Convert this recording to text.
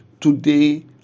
today